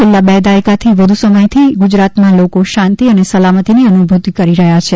છેલ્લા બે દાયકાથી વધુ સમયથી ગુજરાતમાં લોકો શાંતિ અને સલામતીની અનુભૂતિ કરી રહ્યા છે